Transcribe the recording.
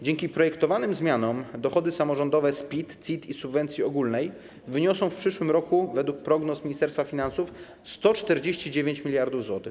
Dzięki projektowanym zmianom dochody samorządowe z PIT, CIT i subwencji ogólnej wyniosą w przyszłym roku według prognoz Ministerstwa Finansów 149 mld zł.